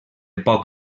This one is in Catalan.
poc